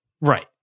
Right